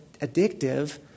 addictive